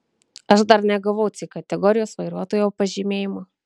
aš dar negavau c kategorijos vairuotojo pažymėjimo